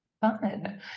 fun